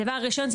הדבר הראשון,